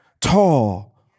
tall